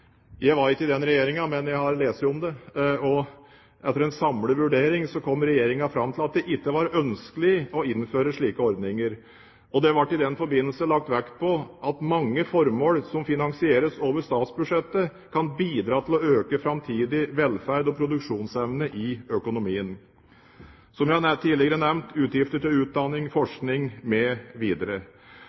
Jeg satt ikke i den regjeringen, men jeg har lest om det. Etter en samlet vurdering kom regjeringen fram til at det ikke var ønskelig å innføre slike ordninger. Det ble i den forbindelse lagt vekt på at mange formål som finansieres over statsbudsjettet, kan bidra til å øke framtidig velferd og produksjonsevne i økonomien – som jeg tidligere har nevnt: utgifter til utdanning, forskning mv. Regjeringen konkluderte også med